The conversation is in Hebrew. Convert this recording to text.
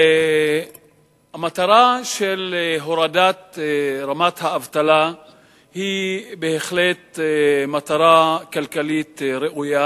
המטרה של הורדת רמת האבטלה היא בהחלט מטרה כלכלית ראויה,